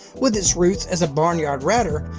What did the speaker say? with its roots as a barnyard ratter,